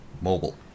mobile